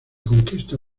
conquista